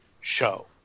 show